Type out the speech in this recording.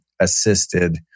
assisted